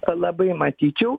labai matyčiau